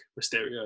Mysterio